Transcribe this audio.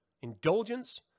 indulgence